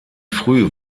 früh